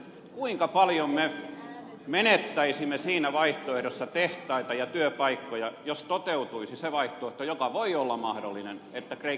kuinka paljon me menettäisimme siinä vaihtoehdossa tehtaita ja työpaikkoja jos toteutuisi se vaihtoehto joka voi olla mahdollinen että kreikka tulee kaatumaan